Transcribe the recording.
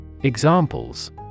Examples